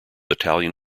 italian